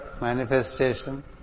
manifestation